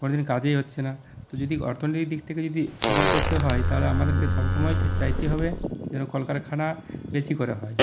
কোনোদিন কাজই হচ্ছে না তো যদি অর্থনীতির দিক থেকে যদি সফল করতে হয় তাহলে আমাদের কে সবসময় চাইতে হবে যেন কল কারখানা বেশি করে হয়